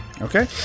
Okay